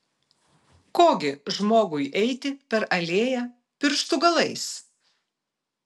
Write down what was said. ko gi žmogui eiti per alėją pirštų galais